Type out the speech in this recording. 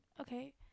Okay